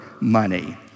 money